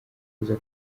uza